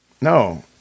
no